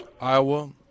Iowa